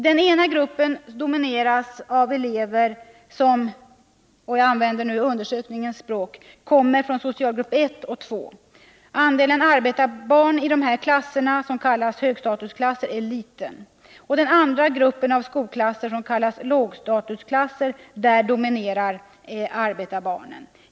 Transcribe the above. Den ena gruppen domineras av elever som — och jag använder nu språket i undersökningen — kommer från socialgrupperna 1 och 2. Andelen arbetarbarn i dessa klasser, som kallas högstatusklasser, är liten. I den andra gruppen av skolklasser, som kallas lågstatusklasser, dominerar arbetarbarnen.